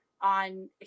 on